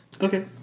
Okay